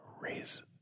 raise